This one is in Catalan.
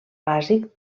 bàsic